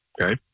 Okay